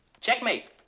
Checkmate